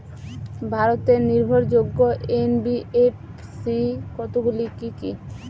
ভারতের নির্ভরযোগ্য এন.বি.এফ.সি কতগুলি কি কি?